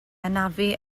anafu